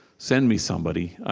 send me somebody.